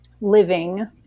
living